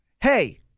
Hey